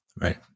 Right